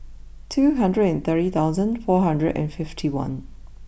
two hundred and thirty thousand four hundred and fifty one